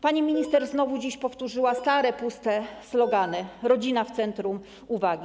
Pani minister znowu dziś powtórzyła stare, puste slogany: rodzina w centrum uwagi.